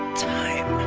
time.